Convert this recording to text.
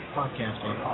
podcasting